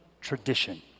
tradition